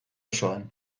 osoan